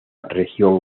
región